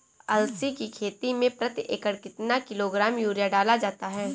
अलसी की खेती में प्रति एकड़ कितना किलोग्राम यूरिया डाला जाता है?